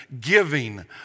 giving